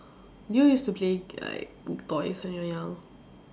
do you used to play like toys when you were young